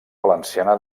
valenciana